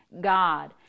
God